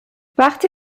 وقتی